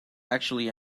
actually